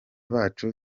bacu